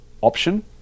option